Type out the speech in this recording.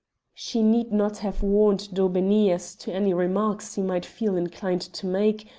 she need not have warned daubeney as to any remarks he might feel inclined to make,